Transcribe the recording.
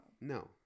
No